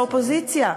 באופוזיציה,